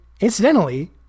incidentally